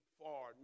far